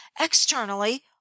externally